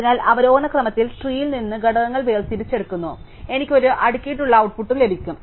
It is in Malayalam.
അതിനാൽ അവരോഹണ ക്രമത്തിൽ ട്രീ യിൽ നിന്ന് ഘടകങ്ങൾ വേർതിരിച്ചെടുക്കുന്നു അതിനാൽ എനിക്ക് ഒരു അടുക്കിയിട്ടുള്ള ഔട്ട്പുട്ട് ലഭിക്കും